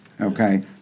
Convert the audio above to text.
Okay